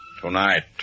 tonight